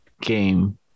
game